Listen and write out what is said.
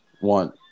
One